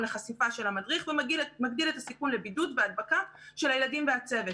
לחשיפה של המדריך ומגדיל את הסיכון לבידוד ולהדבקה של הילדים והצוות.